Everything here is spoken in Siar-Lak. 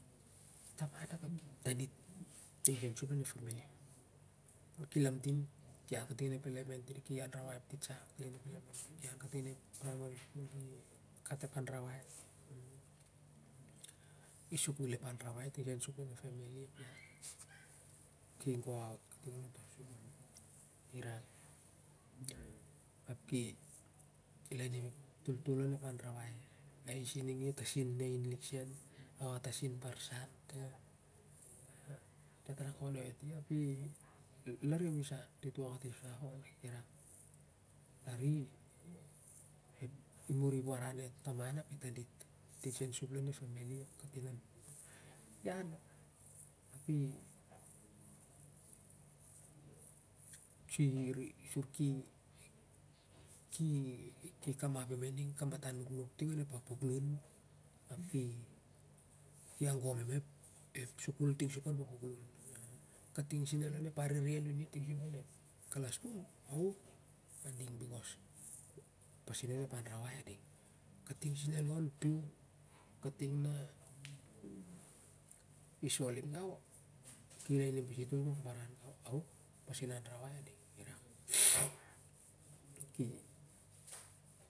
Taman ap e taudit ting seu sup lon ep family na ki lamtin ki an kating onep elemetary ki anrawai ep titsa ki an kating onep primary ki gat ep an rawai. I sukul ep anrawai tiga sen sup lon ep family ap ki gi go out kating onto sikul irak ap ki lainim ap toltol onep anrawai ais ning a tasin ain lik sen ap a tasin barsen dat rako noi ati ap i larim i sah dit wok ati ep sa on lan i muri ep warwar a taman ap e tandit ting seu sup lon ep family ap kating an ap ian ap i silir i ap sur ki ep ki kamapi ma kapatan nuknuk ting on ep papuk lun ap ki agon i ma ep sikul ting sup lon ep papuk lun kating sen alo onep arere nuni ting sup lon ep kalasrim ading becos ep pasim onep anrawai ading kating seu do an piu kating na i sol lik gau ki lainim pas itol kok baran becos ep pasin anrawai a ding irak.